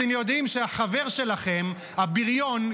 אתם יודעים שהחבר שלכם הבריון,